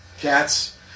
Cats